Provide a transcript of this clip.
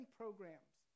programs